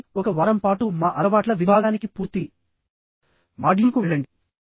కాబట్టి ఒక వారం పాటు మా అలవాట్ల విభాగానికి పూర్తి మాడ్యూల్కు వెళ్లండి